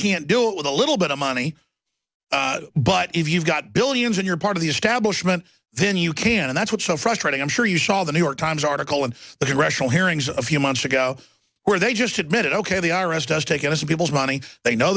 can't do it with a little bit of money but if you've got billions in your part of the establishment then you can and that's what's so frustrating i'm sure you saw the new york times article in the directional hearings a few months ago where they just admitted ok the i r s does take innocent people's money they know